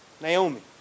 Naomi